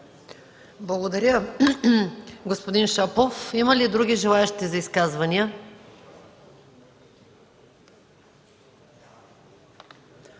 Благодаря, господин Шопов. Има ли други желаещи за изказвания?